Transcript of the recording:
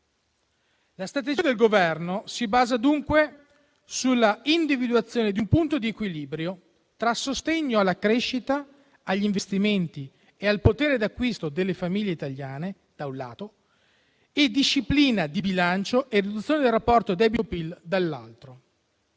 La strategia del Governo si basa dunque sulla individuazione di un punto di equilibrio tra sostegno alla crescita, agli investimenti e al potere d'acquisto delle famiglie italiane - da un lato - e disciplina di bilancio e riduzione del rapporto debito-PIL, dall'altro.